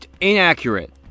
Inaccurate